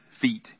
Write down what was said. feet